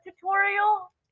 tutorial